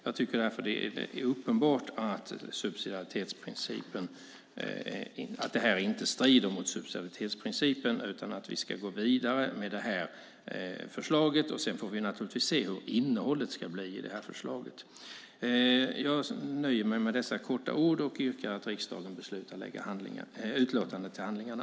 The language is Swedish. Jag tycker därför att det är uppenbart att det här inte strider mot subsidiaritetsprincipen utan att vi ska gå vidare med förslaget. Sedan får vi naturligtvis se hur innehållet blir i förslaget. Jag nöjer mig med dessa korta ord och yrkar att riksdagen beslutar att lägga utlåtandet till handlingarna.